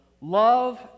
love